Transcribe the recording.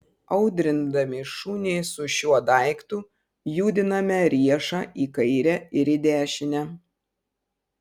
audrindami šunį su šiuo daiktu judiname riešą į kairę ir į dešinę